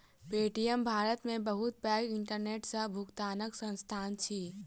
Paytm Bharat के बहुत पैघ इंटरनेट सॅ भुगतनाक संस्थान अछि